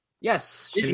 Yes